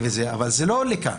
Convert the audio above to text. אבל זה לא עולה כאן.